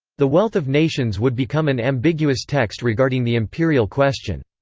the wealth of nations would become an ambiguous text regarding the imperial question.